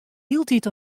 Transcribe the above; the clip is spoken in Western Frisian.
hieltyd